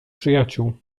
przyjaciół